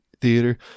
theater